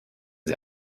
sie